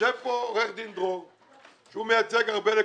יושב פה עורך דין דרור שמייצג הרבה לקוחות,